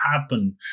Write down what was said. happen